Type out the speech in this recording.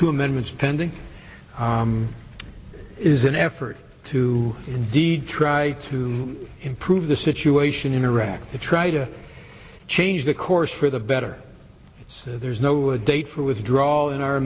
two amendments pending is an effort to to indeed try to improve the situation in iraq to try to change the course for the better so there's no date for withdrawal in our